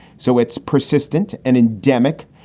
so it's persistent and endemic.